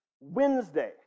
Wednesday